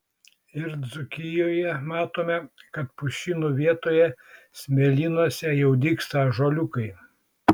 ir dzūkijoje matome kad pušynų vietoje smėlynuose jau dygsta ąžuoliukai